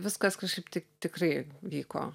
viskas kažkaip tai tikrai vyko